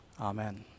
Amen